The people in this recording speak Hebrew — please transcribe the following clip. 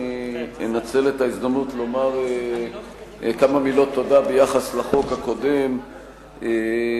אני אנצל את ההזדמנות לומר כמה מילות תודה ביחס לחוק הקודם כמובן,